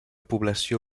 població